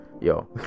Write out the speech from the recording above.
yo